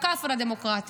מקף על ה"דמוקרטית".